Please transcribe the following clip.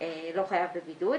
לא חייב בבידוד),